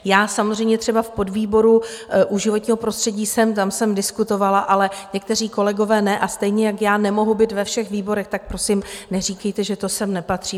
Já samozřejmě třeba v podvýboru u životního prostředí jsem, tam jsem diskutovala, ale někteří kolegové ne, a stejně jako já nemohou být ve všech výborech, tak prosím neříkejte, že to sem nepatří.